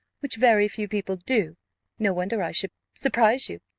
which very few people do no wonder i should surprise you.